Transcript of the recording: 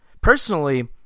Personally